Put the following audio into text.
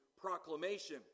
proclamation